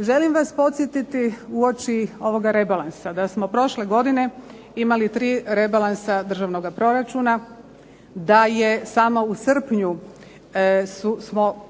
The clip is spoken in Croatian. Želim vas podsjetiti uoči ovoga rebalansa da smo prošle godine imali tri rebalansa državnog proračuna, da je samo u srpnju smo